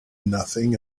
nothing